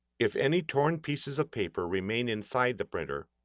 if any torn pieces of paper remain inside the printer,